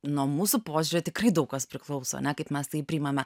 nuo mūsų požiūrio tikrai daug kas priklauso ane kaip mes tai priimame